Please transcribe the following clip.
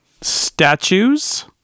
statues